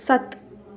ਸੱਤ